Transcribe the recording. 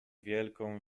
wielką